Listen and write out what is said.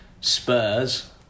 Spurs